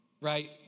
right